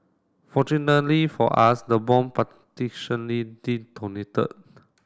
fortunately for us the bomb detonated